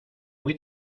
muy